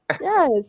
Yes